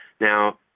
Now